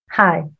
Hi